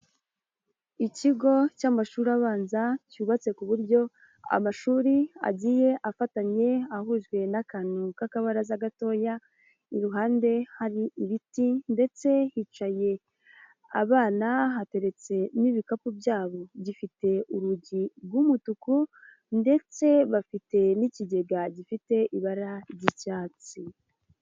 Ikigo cy'amashuri abanza, cyubatse kuburyo amashuri agiye afatanye ahujwe n'akantu k'akabaraza gatoya, iruhande hari ibiti ndetse hicaye abana, hateretse n'ibikapu byabo, gifite urugi rw'umutuku ndetse bafite n'ikigega gifite ibara ry'icyatsi.